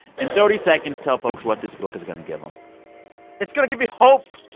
in thirty seconds, tell folks what this book is going to give them it's going to give you hope